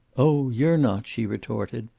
oh, you're not, she retorted.